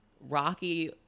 rocky